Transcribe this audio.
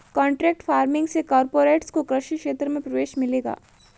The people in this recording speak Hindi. कॉन्ट्रैक्ट फार्मिंग से कॉरपोरेट्स को कृषि क्षेत्र में प्रवेश मिलेगा